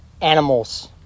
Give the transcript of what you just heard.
animals